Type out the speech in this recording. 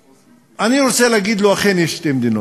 אני רוצה להגיד לו: אכן, יש שתי מדינות.